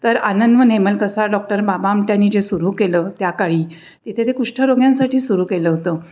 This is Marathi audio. तर आनंदवन हेमलकसा डॉक्टर बाबा अमट्यांनी जे सुरू केलं त्या काळी तिथे ते कुष्ठरोग्यांसाठी सुरू केलं होतं